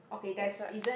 that's right